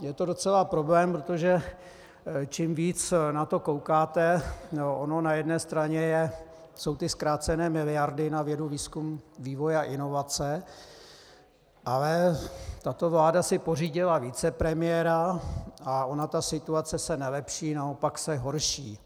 Je to docela problém, protože čím víc na to koukáte, na jedné straně jsou zkrácené miliardy na vědu, výzkum, vývoj a inovace, ale tato vláda si pořídila vicepremiéra, a ta situace se nelepší, ale naopak se horší.